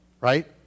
Right